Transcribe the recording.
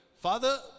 Father